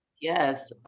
yes